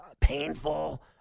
painful